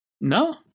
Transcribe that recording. No